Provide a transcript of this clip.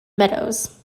meadows